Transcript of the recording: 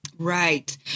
Right